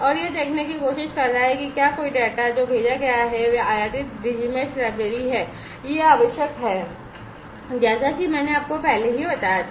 और यह देखने की कोशिश कर रहा है कि क्या कोई डेटा है जो भेजा गया है और यह आयातित Digi mesh लाइब्रेरी है यह आवश्यक है जैसा कि मैंने आपको पहले ही बताया था